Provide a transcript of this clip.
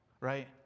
right